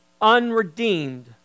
unredeemed